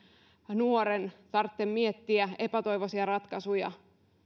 nuoren tarvitse miettiä epätoivoisia ratkaisuja